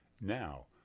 Now